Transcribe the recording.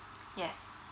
yes